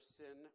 sin